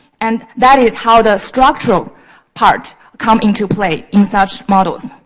and that is how the structural part come into play in such models.